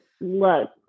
look